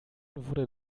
wurde